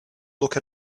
look